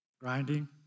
grinding